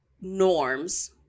norms